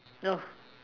no